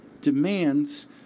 demands